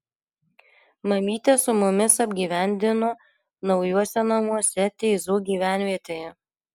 mamytę su mumis apgyvendino naujuose namuose teizų gyvenvietėje